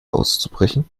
auszubrechen